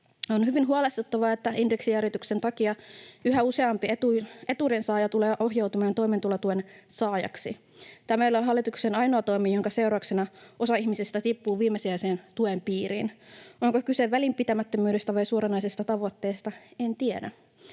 On hyvin huolestuttavaa, että indeksijäädytyksen takia yhä useampi etuudensaaja tulee ohjautumaan toimeentulotuen saajaksi. Tämä ei ole hallituksen ainoa toimi, jonka seurauksena osa ihmisistä tippuu viimesijaisen tuen piiriin. Onko kyse välinpitämättömyydestä vai suoranaisesta tavoitteesta, en tiedä.